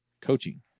coaching